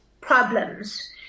problems